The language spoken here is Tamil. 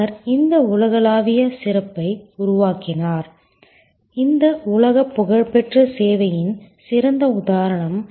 அவர் இந்த உலகளாவிய சிறப்பை உருவாக்கினார் இந்த உலகப் புகழ்பெற்ற சேவையின் சிறந்த உதாரணம்